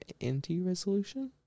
anti-resolution